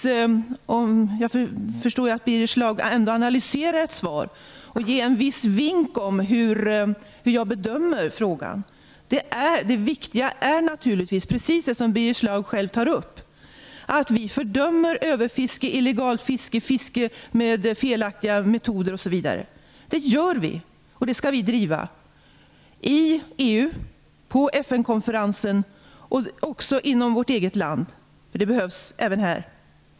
Jag förstår att Birger Schlaug analyserar ett svar, och detta borde ge en viss vink om hur jag bedömer frågan. Det viktiga är naturligtvis precis det som Birger Schlaug själv tar upp, nämligen att vi fördömer överfiske, illegalt fiske, fiske med felaktiga metoder osv. Det gör vi, och vi skall driva dessa frågor i EU, på FN-konferensen och även i vårt eget land. Det behövs även här.